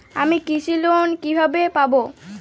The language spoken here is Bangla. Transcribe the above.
আমি কৃষি লোন কিভাবে পাবো?